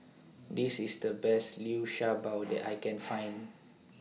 This IS The Best Liu Sha Bao that I Can Find